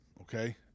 Okay